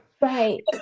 right